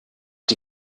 die